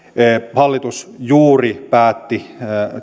hallitus juuri päätti